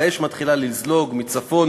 האש מתחילה לזלוג מצפון,